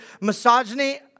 misogyny